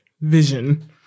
vision